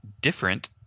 different